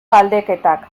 galdeketak